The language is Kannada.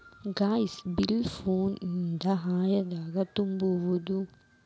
ಗ್ಯಾಸ್ ಬಿಲ್ ಫೋನ್ ದಿಂದ ಹ್ಯಾಂಗ ತುಂಬುವುದು?